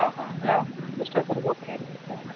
ಹಾಂ ಹಾಂ ಯಾ ಎಷ್ಟೊತ್ವರೆಗೂ ಓಪನ್ ಇರುತ್ತೆ ಸ